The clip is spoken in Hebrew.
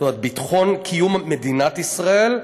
זאת אומרת, ביטחון קיום מדינת ישראל,